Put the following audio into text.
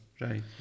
Right